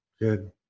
Good